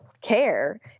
care